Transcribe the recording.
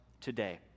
today